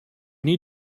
need